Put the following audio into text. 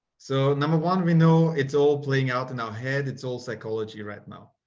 so number one, we know it's all playing out in our head. it's all psychology right now.